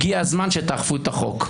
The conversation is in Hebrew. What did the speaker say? הגיע הזמן שתאכפו את החוק.